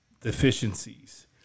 deficiencies